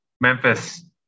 Memphis